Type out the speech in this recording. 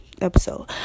episode